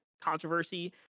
controversy